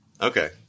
okay